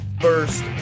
first